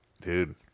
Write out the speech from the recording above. dude